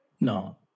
No